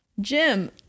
Jim